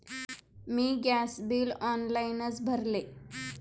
मी gas bill ऑनलाइनच भरले